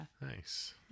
nice